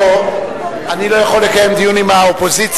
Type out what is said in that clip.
פה אני לא יכול לקיים דיון עם האופוזיציה.